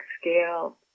scale